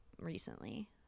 recently